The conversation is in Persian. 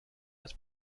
است